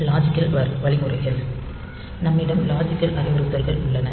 logical வழிமுறைகள் ந்ம்மிடம் logical அறிவுறுத்தல்கள் உள்ளன